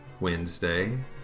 Wednesday